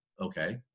okay